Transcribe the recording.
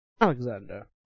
Alexander